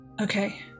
Okay